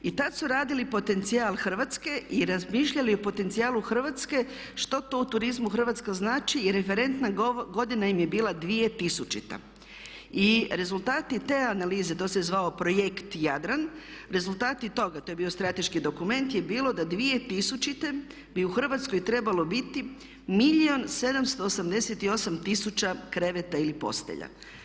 I tad su radili potencijal Hrvatske i razmišljali o potencijalu Hrvatske što to u turizmu Hrvatska znači i referentna godina im je bila 2000. i rezultati te analize, to se zvao projekt Jadran, rezultati toga, to je bio strateški dokument je bilo da 2000. bi u Hrvatskoj trebalo biti milijun, 788 tisuća kreveta ili postelja.